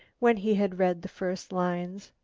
when he had read the first lines.